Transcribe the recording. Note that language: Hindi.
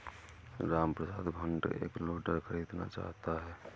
रामप्रसाद फ्रंट एंड लोडर खरीदना चाहता है